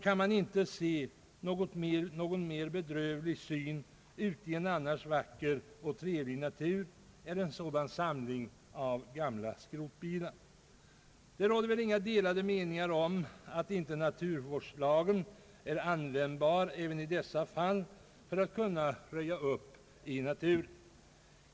Man kan inte se någon mer bedrövlig syn ute i en annars vacker och trevlig natur än en sådan samling av gamla skrotbilar. Det råder inga delade meningar om att naturvårdslagen är användbar även i dessa fall när det gäller att röja upp i naturen.